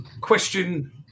question